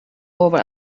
over